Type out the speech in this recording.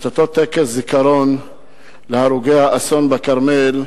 את אותו טקס זיכרון להרוגי האסון בכרמל.